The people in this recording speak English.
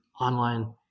online